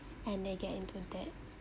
and they get into debt